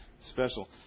special